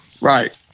Right